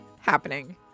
Happening